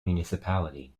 municipality